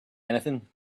anything